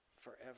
forever